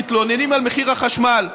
מתלוננים על מחיר החשמל.